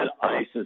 ISIS